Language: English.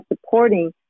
supporting